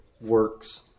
works